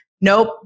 nope